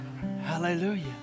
Hallelujah